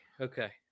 okay